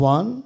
One